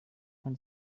when